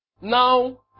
Now